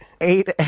eight